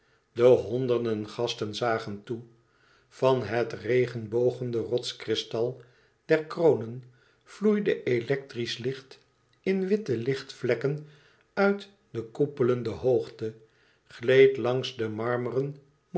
de honderden gasten zagen toe van het regenbogende rotskristal der kronen vloeide electrisch licht in witte lichtvakken uit de koepelende hoogte gleed langs de marmeren